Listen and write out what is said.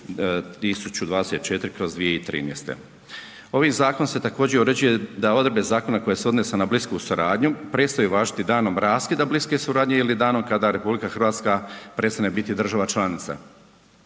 1024/2013. Ovim zakonom se također uređuje da odredbe zakona koje se odnose na blisku suradnju prestaju važiti danom raskida bliske suradnje ili danom kada RH prestane biti država članica.